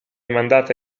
mandata